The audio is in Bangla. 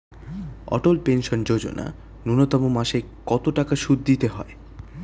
অটল পেনশন যোজনা ন্যূনতম মাসে কত টাকা সুধ দিতে হয়?